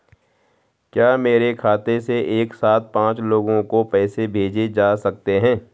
क्या मेरे खाते से एक साथ पांच लोगों को पैसे भेजे जा सकते हैं?